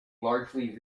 largely